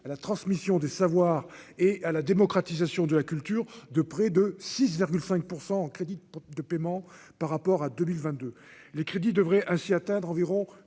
à la transmission des savoirs et à la démocratisation de la culture de près de 6,5 % en crédits de paiement par rapport à 2022 les crédits devrait ainsi atteindre environ